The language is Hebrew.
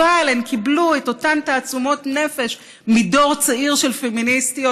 אבל הן קיבלו את אותן תעצומות נפש מדור צעיר של פמיניסטיות,